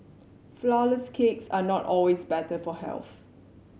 flourless cakes are not always better for health